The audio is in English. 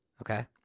Okay